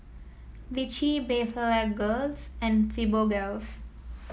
Vichy Blephagels and Fibogels